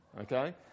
okay